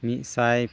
ᱢᱤᱫ ᱥᱟᱭ